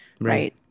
right